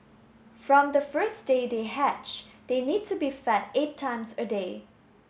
from the first day they hatch they need to be fed eight times a day